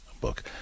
book